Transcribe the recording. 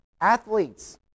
Athletes